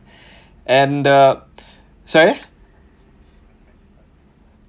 and the sorry